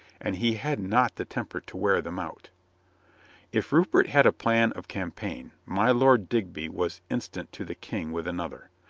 and he had not the temper to wear them out if rupert had a plan of campaign, my lord digby was instant to the king with another.